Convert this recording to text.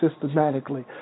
systematically